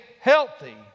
healthy